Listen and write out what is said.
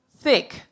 Thick